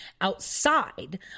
outside